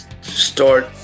start